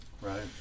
Right